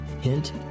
Hint